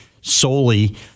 solely